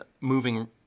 moving